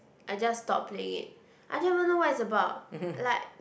I just stopped playing it I don't even know what it's about like